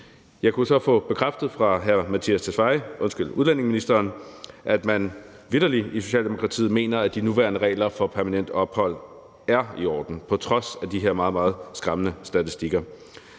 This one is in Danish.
Jeg kunne så få bekræftet af udlændinge- og integrationsministeren, at man i Socialdemokratiet vitterlig mener, at de nuværende regler for permanent ophold er i orden på trods af de her meget, meget skræmmende statistikker.